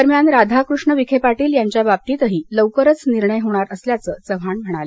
दरम्यान राधाकृष्ण विखे पाटील यांच्या बाबतही लवकरच निर्णय घेणार असल्याचं चव्हाण म्हणाले